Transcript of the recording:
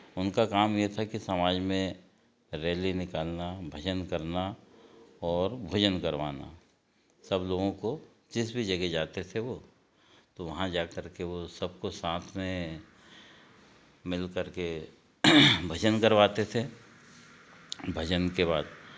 उनका काम ये था कि समाज में रैली निकालना भजन करना और भोजन करवाना सब लोगों को जिस भी जगह जाते थे वो तो वहाँ जाकर के वो सबको साथ में मिलकर के भजन करवाते थे भजन के बाद